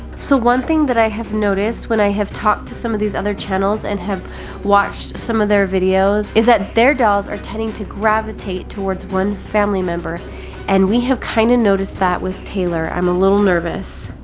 so one thing that i have noticed when i have talked to some of these other channels and have watched some of their videos is that their dolls are tending to gravitate towards one family member and we have kind of noticed that with taylor, i'm a little nervous.